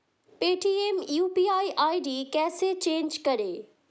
Paytm UPI ID कैसे change करें?